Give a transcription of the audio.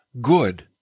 good